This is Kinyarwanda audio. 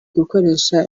gukoresha